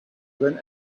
than